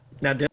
Now